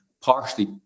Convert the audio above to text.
partially